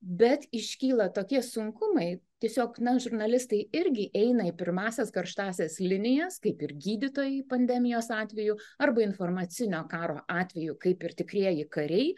bet iškyla tokie sunkumai tiesiog na žurnalistai irgi eina į pirmąsias karštąsias linijas kaip ir gydytojai pandemijos atveju arba informacinio karo atveju kaip ir tikrieji kariai